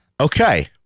okay